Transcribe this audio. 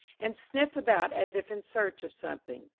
and sniff about as if in search of something.